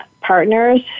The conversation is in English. partners